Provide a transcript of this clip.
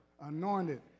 anointed